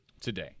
today